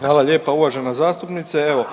Hvala lijepa uvažena zastupnice, evo